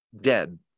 dead